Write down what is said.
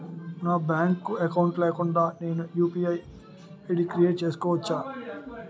నాకు bank account లేకుండా నేను యు.పి.ఐ ఐ.డి క్రియేట్ చేసుకోవచ్చా?